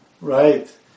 right